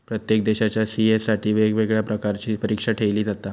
प्रत्येक देशाच्या सी.ए साठी वेगवेगळ्या प्रकारची परीक्षा ठेयली जाता